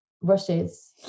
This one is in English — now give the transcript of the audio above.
rushes